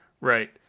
Right